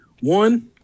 One